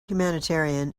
humanitarian